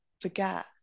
forget